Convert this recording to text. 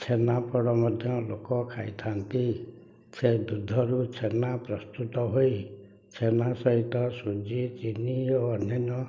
ଛେନାପୋଡ଼ ମଧ୍ୟ ଲୋକ ଖାଇଥାନ୍ତି ସେ ଦୁଧରୁ ଛେନା ପ୍ରସ୍ତୁତ ହୋଇ ଛେନା ସହିତ ସୁଜି ଚିନି ଓ ଅନ୍ୟାନ୍ୟ